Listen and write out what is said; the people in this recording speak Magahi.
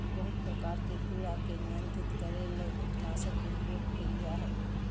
बहुत प्रकार के कीड़ा के नियंत्रित करे ले कीटनाशक के उपयोग कयल जा हइ